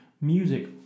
music